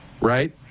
right